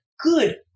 good